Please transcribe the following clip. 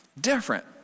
different